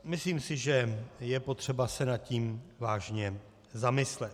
Myslím si, že je potřeba se nad tím vážně zamyslet.